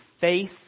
faith